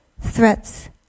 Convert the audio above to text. threats